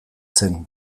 zen